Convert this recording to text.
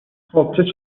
خوبچه